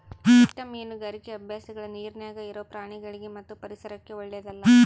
ಕೆಟ್ಟ ಮೀನುಗಾರಿಕಿ ಅಭ್ಯಾಸಗಳ ನೀರಿನ್ಯಾಗ ಇರೊ ಪ್ರಾಣಿಗಳಿಗಿ ಮತ್ತು ಪರಿಸರಕ್ಕ ಓಳ್ಳೆದಲ್ಲ